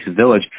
Village